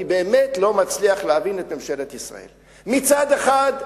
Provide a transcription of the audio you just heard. אני באמת לא מצליח להבין את ממשלת ישראל: מצד אחד,